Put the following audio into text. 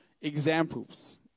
examples